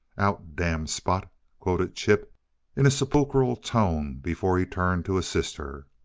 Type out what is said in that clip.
out, damned spot quoted chip in a sepulchral tone before he turned to assist her.